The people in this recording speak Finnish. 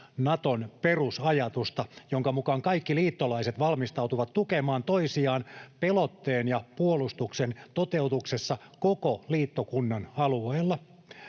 Naton perusajatusta, jonka mukaan kaikki liittolaiset valmistautuvat tukemaan toisiaan pelotteen ja puolustuksen toteutuksessa koko liittokunnan alueella.